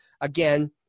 Again